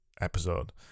episode